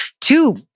two